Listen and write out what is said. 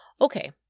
Okay